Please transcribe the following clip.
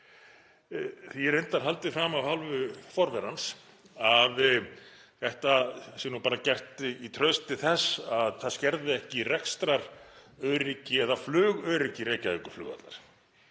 Því er reyndar haldið fram af hálfu forverans að þetta sé bara gert í trausti þess að það skerði ekki rekstraröryggi eða flugöryggi Reykjavíkurflugvallar.